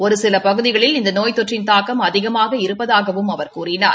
ஒருசில பகுதிகளில் இந்த நோய் தொற்றின் தாக்கம் அதிகமாக இருப்பதாகவும் அவர் கூறினார்